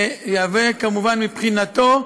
ותהיה, כמובן, מבחינתו,